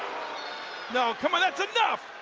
no, come on, that's enough.